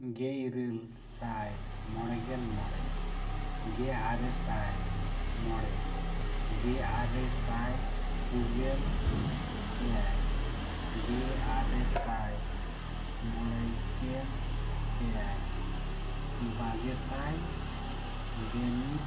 ᱜᱮ ᱤᱨᱟᱹᱞ ᱥᱟᱭ ᱢᱚᱬᱮ ᱜᱮᱞᱢᱚᱬᱮ ᱜᱮᱟᱨᱮ ᱥᱟᱭ ᱢᱚᱬᱮ ᱜᱮᱟᱨᱮ ᱥᱟᱭ ᱯᱩᱜᱮᱞ ᱮᱭᱟᱭ ᱜᱮᱟᱨᱮ ᱥᱟᱭ ᱢᱚᱬᱮ ᱜᱮᱞ ᱮᱭᱟᱭ ᱵᱟᱜᱮᱥᱟᱭ ᱜᱮ ᱢᱤᱫ